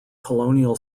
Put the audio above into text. colonial